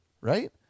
right